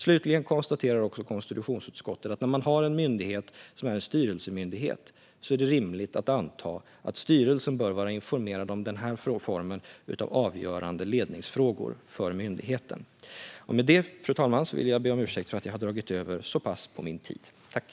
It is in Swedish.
Slutligen konstaterar konstitutionsutskottet att när man har en myndighet som är en styrelsemyndighet är det rimligt att anta att styrelsen bör vara informerad om denna form av avgörande ledningsfrågor för myndigheten. Fru talman! Jag ber om ursäkt för att jag har dragit över min talartid.